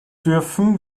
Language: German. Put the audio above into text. dürfen